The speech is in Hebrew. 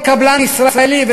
כל קבלן ישראלי,